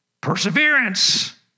perseverance